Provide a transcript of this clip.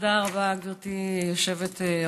תודה רבה, גברתי היושבת-ראש.